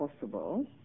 possible